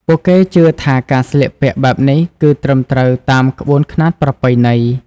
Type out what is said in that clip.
ពួកគេជឿថាការស្លៀកពាក់បែបនេះគឺត្រឹមត្រូវតាមក្បួនខ្នាតប្រពៃណី។